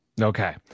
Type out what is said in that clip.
Okay